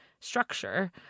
structure